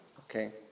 Okay